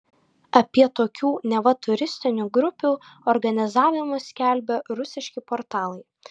apie tokių neva turistinių grupių organizavimus skelbė rusiški portalai